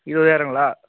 இருபதாயிரங்களா